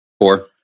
four